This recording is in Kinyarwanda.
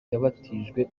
yabatijwe